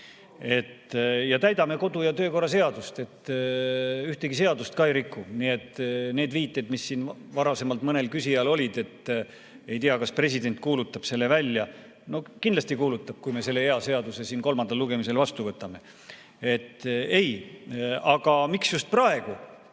ja täidame kodu‑ ja töökorra seadust, ühtegi seadust ei riku. Need viited, mis siin varasemalt mõnel küsijal olid, et ei tea, kas president kuulutab selle välja – kindlasti kuulutab, kui me selle hea seaduse siin kolmandal lugemisel vastu võtame. Nii et ei. Aga miks just praegu,